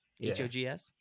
H-O-G-S